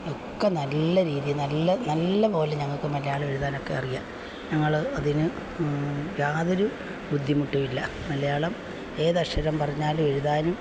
ഒക്കെ നല്ല രീതിയിൽ നല്ല നല്ലതുപോലെ ഞങ്ങൾക്ക് മലയാളം എഴുതാനൊക്കെ അറിയാം ഞങ്ങൾ അതിന് യാതൊരു ബുദ്ധിമുട്ടും ഇല്ല മലയാളം ഏത് അക്ഷരം പറഞ്ഞാലും എഴുതാനും